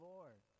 Lord